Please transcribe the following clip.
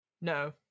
No